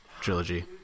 trilogy